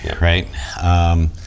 right